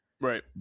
right